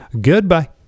Goodbye